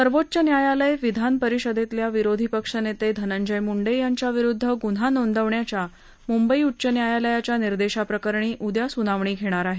सर्वोच्च न्यायालय विधान परिषदेतील विरोधी पक्ष नेते धनंजय मुंडे यांच्या विरुद्ध गुन्हा नोंदवण्याच्या मुंबई उच्च न्यायालयाच्या निर्देशाप्रकरणी उद्या सुनावणी घेणार आहे